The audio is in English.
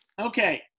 okay